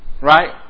right